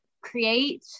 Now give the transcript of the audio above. create